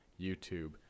YouTube